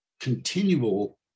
continual